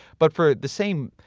but for the same.